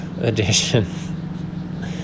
edition